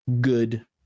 good